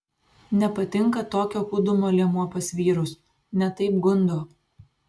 nepatinka tokio kūdumo liemuo pas vyrus ne taip gundo